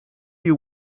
you